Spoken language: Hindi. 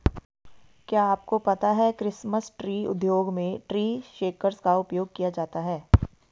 क्या आपको पता है क्रिसमस ट्री उद्योग में ट्री शेकर्स का उपयोग किया जाता है?